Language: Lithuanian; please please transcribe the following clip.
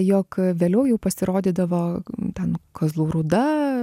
jog vėliau jau pasirodydavo ten kazlų rūda